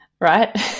Right